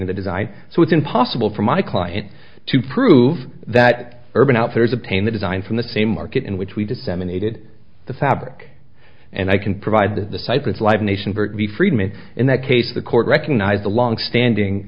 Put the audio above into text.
attain the design so it's impossible for my client to prove that urban outfitters obtain the designs from the same market in which we disseminated the fabric and i can provide the site with live nation for the freedmen in that case the court recognized the long standing